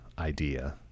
idea